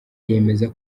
yemeza